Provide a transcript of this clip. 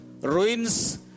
ruins